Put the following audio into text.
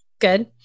good